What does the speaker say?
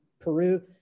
Peru